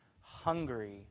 hungry